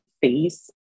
face